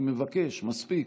אני מבקש, מספיק.